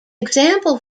example